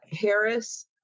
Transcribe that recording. Harris